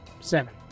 Seven